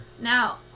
now